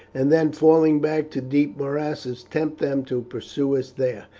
and then falling back to deep morasses tempt them to pursue us there,